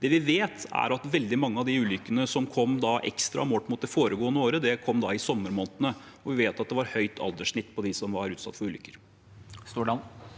Det vi vet, er at veldig mange av de ekstra ulykkene som kom, målt mot det foregående året, kom i sommermånedene, og vi vet at det var høyt alderssnitt blant dem som var utsatt for ulykker.